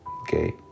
Okay